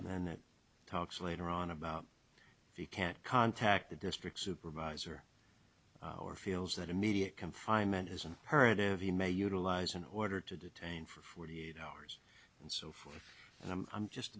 and then talks later on about if you can't contact the district supervisor or feels that immediate confinement isn't heard of you may utilize an order to detain for forty eight hours and so forth and i'm i'm just